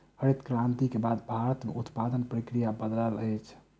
हरित क्रांति के बाद भारत में उत्पादन प्रक्रिया बदलल अछि